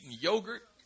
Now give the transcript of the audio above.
yogurt